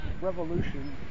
revolution